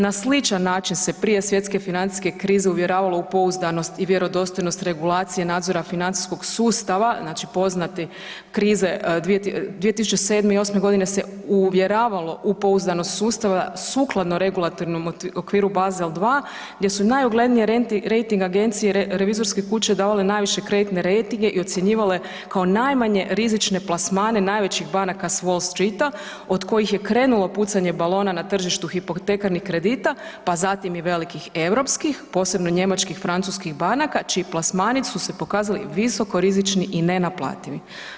Na sličan način se prije svjetske financijske krize uvjeravalo u pouzdanost i vjerodostojnost regulacije nadzora financijskog sustava, znači poznati krize 2007. i '08.g. se uvjeravalo u pouzdanost sustava sukladno regulatornom okviru Basel 2 gdje su najuglednije rejting agencije, revizorske kuće davale najviše kreditne rejtinge i ocjenjivale kao najmanje rizične plasmane najvećih banaka s Wall Streeta od kojih je krenulo pucanje balona na tržištu hipotekarnih kredita, pa zatim i velikih europskih, posebno njemačkih, francuskih banaka čiji plasmani su se pokazali visokorizični i nenaplativi.